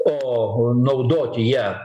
o naudoti ją